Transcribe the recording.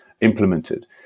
implemented